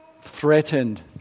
threatened